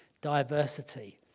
diversity